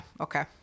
okay